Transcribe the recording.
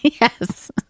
Yes